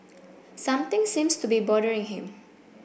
something seems to be bothering him